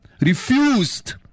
refused